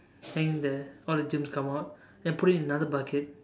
hang there all the germs come out then put it in another bucket